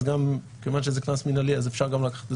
אז גם כיוון שזה קנס מנהלי אז אפשר לקחת את